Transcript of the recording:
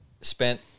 spent